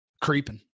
creeping